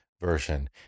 version